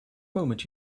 moment